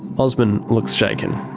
osman looks shaken.